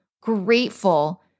grateful